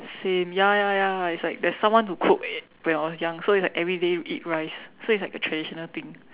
same ya ya ya it's like there's someone to cook when I was young so is like everyday we eat rice so it's like a traditional thing